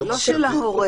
לא של ההורה.